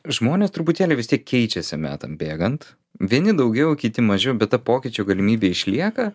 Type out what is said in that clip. žmonės truputėlį vis tiek keičiasi metam bėgant vieni daugiau kiti mažiau bet ta pokyčių galimybė išlieka